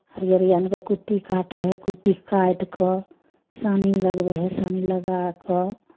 हरिअरी आनि कऽ कुट्टी काटै हइ कुट्टी काटि कऽ सानी लगबै हइ सानी लगा कऽ